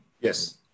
Yes